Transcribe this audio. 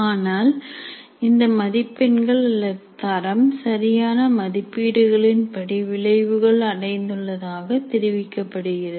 ஆனால் இந்த மதிப்பெண்கள் அல்லது தரம் சரியான மதிப்பீடுகளின்படி விளைவுகள் அடைந்துள்ளதாக தெரிவிக்கப்படுகிறது